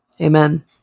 Amen